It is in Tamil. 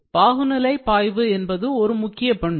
பாகுநிலை பாய்வு ஒரு முக்கிய பண்பு